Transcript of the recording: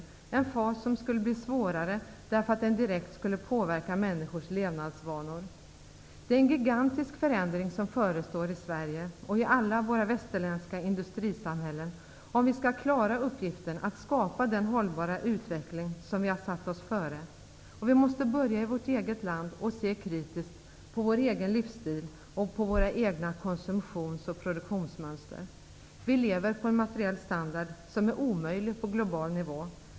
Det var en fas som skulle bli svårare, därför att den direkt skulle påverka människors levnadsvanor. Det är en gigantisk förändring som förestår i Sverige och i alla våra västerländska industrisamhällen om vi skall klara uppgiften att skapa den hållbara utveckling som vi har satt oss före. Vi måste börja i vårt eget land och se kritiskt på vår egen livsstil och på våra egna konsumtionsoch produktionsmönster. Vi lever på en materiell standard som är omöjlig på global nivå.